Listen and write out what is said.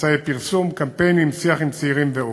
מסעי פרסום, קמפיינים, שיח עם צעירים ועוד.